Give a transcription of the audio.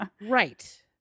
right